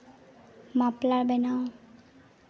muffler ᱵᱮᱱᱟᱣ